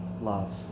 love